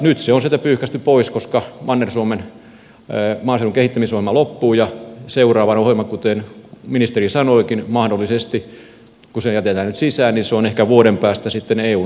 nyt se on sieltä pyyhkäisty pois koska manner suomen maaseudun kehittämisohjelma loppuu ja seuraava ohjelma kuten ministeri sanoikin mahdollisesti kun se jätetään nyt sisään on ehkä vuoden päästä eun hyväksymä